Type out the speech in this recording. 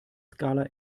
skala